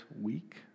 week